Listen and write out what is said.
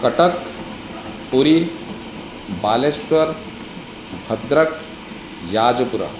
कटक् पुरी बालेश्वरः भद्रकः याजपुरम्